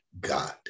God